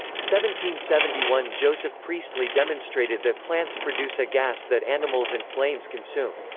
seventy seventy one joseph priestley demonstrated that plants produce a gas that animals and flames consume.